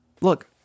look